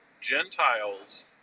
Gentiles